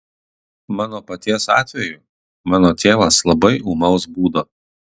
mano paties atveju mano tėvas labai ūmaus būdo